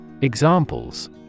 Examples